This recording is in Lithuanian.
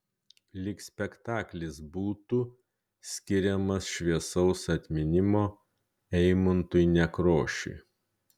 lyg spektaklis būtų skiriamas šviesaus atminimo eimuntui nekrošiui